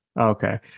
okay